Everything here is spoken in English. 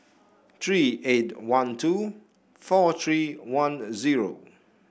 three eight one two four three one zero